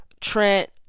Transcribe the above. Trent